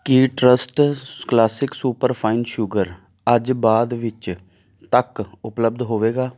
ਕੀ trust classic superfine sugar ਅੱਜ ਬਾਅਦ ਵਿੱਚ ਤੱਕ ਉਪਲੱਬਧ ਹੋਵੇਗਾ